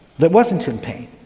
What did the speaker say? that wasn't in pain.